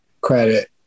credit